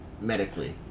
medically